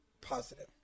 positive